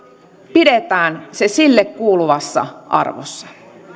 pidetään se sille kuuluvassa arvossa